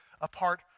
apart